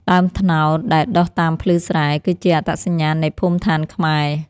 ដើមត្នោតដែលដុះតាមភ្លឺស្រែ គឺជាអត្តសញ្ញាណនៃភូមិឋានខ្មែរ។